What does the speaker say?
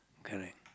correct